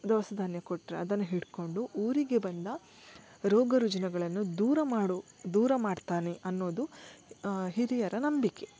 ದವಸ ಧಾನ್ಯ ಕೊಟ್ಟರೆ ಅದನ್ನು ಹಿಡಕೊಂಡು ಊರಿಗೆ ಬಂದ ರೋಗ ರುಜಿನಗಳನ್ನು ದೂರ ಮಾಡು ದೂರ ಮಾಡ್ತಾನೆ ಅನ್ನೋದು ಹಿರಿಯರ ನಂಬಿಕೆ